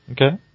Okay